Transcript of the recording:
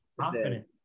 confident